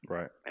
Right